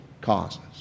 causes